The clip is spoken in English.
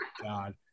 god